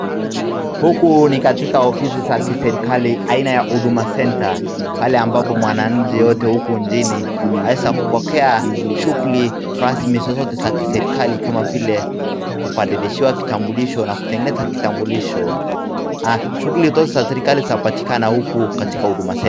Huku ni katika ofisi za kiserikali aina ya huduma centre pahali ambapo mwananchi yeyote huku nchini aweza kupokea shughuli rasmi zozote za kiserikali kama vile kubadilishiwa kitambulisho na kutengeneza kitambulisho. Shughuli za kiserikali zanapatikana huku katika huduma centre .